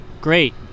great